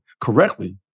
correctly